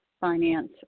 finance